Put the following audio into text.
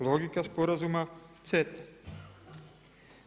Logika sporazuma CETA-e.